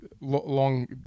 long